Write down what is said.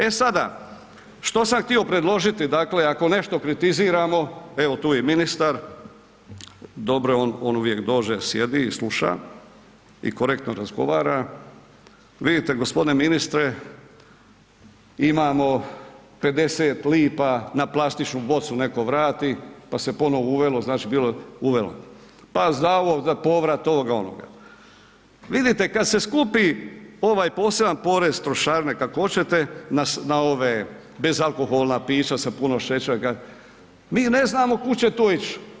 E sada što sam htio predložiti dakle ako nešto kritiziramo, evo tu je i ministar, dobro je on uvijek dođe sjedi i sluša i korektno razgovara, vidite gospodine ministre imamo 50 lipa na plastičnu bocu neko vrati pa se ponovo uvelo, uvelo, pa za povrat ovoga onoga, vidite kada se skupi ovaj poseban porez trošarine kako hoćete na bezalkoholna pića sa puno šećera, mi ne znamo kud će to ić.